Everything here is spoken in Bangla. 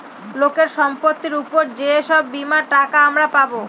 লোকের সম্পত্তির উপর যে সব বীমার টাকা আমরা পাবো